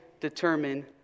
determine